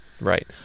right